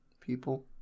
people